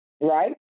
right